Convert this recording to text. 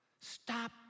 Stop